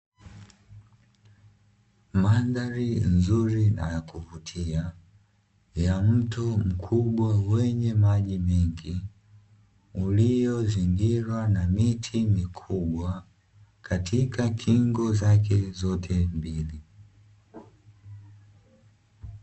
Mandhari nzuri na ya kuvutia ya mto mkubwa wenye maji mengi, uliozingirwa na miti mikubwa katika kingo zake zote mbili.